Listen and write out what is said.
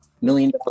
Million